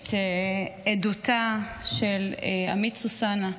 את עדותה של עמית סוסנה,